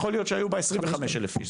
יכול להיות שהיו בה 25 אלף איש,